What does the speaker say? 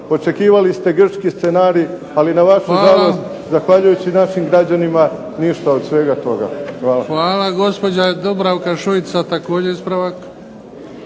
očekivali ste grčki scenarij ali na vašu žalost zahvaljujući našim građanima ništa od svega toga. Hvala. **Bebić, Luka (HDZ)** Hvala. Gospođa Dubravka Šuica također ispravak.